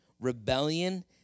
Rebellion